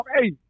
Hey